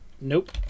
nope